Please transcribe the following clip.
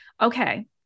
okay